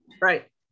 Right